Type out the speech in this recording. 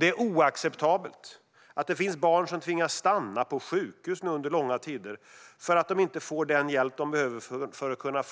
Det är oacceptabelt att det finns barn som tvingas stanna på sjukhus under långa tider för att de inte får den hjälp de behöver för att kunna